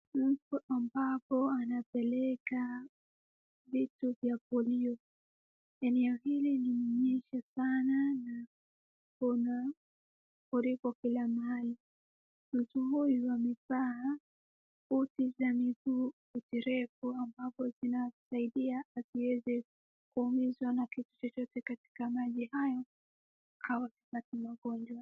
Mtu ambapo anapeleka vitu vya polio. Eneo hili limenyesha sana juu kuna mafuriko kila mahali. Mtu huyu amevaa buti za miguu, buti refu ambapo zinasaidia asiweze kuumizwa na kitu chochote katika maji hayo, awe basi na ugonjwa.